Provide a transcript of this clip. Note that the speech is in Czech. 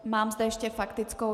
Mám zde ještě faktickou.